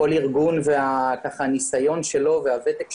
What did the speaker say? כל ארגון והניסיון שלו והוותק שלו.